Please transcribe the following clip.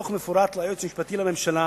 ימסרו דוח מפורט ליועץ המשפטי לממשלה